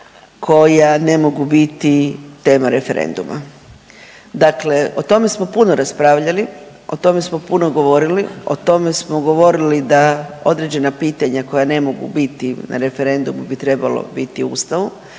koja ne mogu biti tema referenduma. Dakle o tome smo puno raspravljali, o tome smo puno govorili, o tome smo govorili da određena pitanja koja ne mogu biti na referendumu bi trebalo biti u Ustavu.